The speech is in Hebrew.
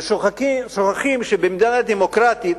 ושוכחים שמדינה דמוקרטית,